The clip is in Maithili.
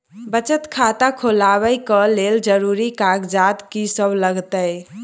बचत खाता खोलाबै कऽ लेल जरूरी कागजात की सब लगतइ?